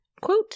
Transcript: quote